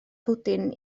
pwdin